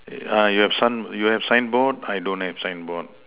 uh yeah you have sign you have sign board I don't have sign board